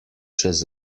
čez